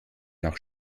nach